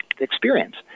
experience